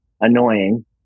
annoying